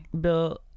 Bill